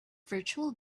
virtual